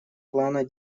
плана